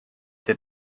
der